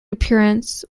appearance